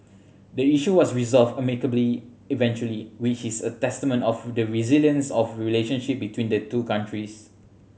the issue was resolved amicably eventually which is a testament of the resilience of relationship between the two countries